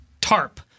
tarp